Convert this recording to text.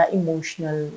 emotional